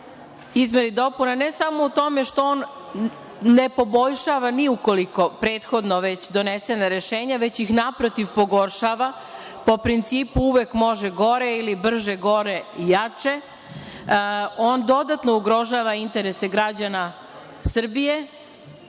izmene i dopune ne samo o tome što on ne poboljšava ni ukoliko prethodno već doneseno rešenje, već ih naprotiv pogoršava po principu uvek može gore ili brže gore i jače, on dodatno ugrožava interese građana Srbije